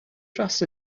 trust